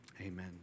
Amen